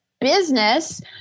business